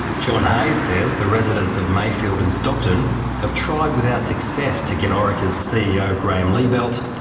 john hayes says the residents of mayfield and stockton have tried without success to get orica's ceo, graeme liebelt,